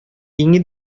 иңе